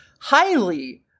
highly